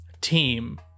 Team